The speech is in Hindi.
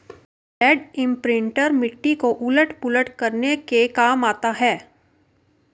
लैण्ड इम्प्रिंटर मिट्टी को उलट पुलट करने के काम आता है